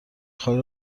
خالی